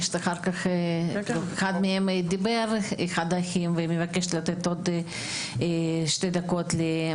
אחד מהם דיבר ואני מבקשת לתת עוד שתי דקות.